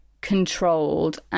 controlled